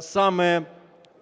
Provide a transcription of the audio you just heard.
саме,